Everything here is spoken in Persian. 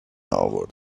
اورده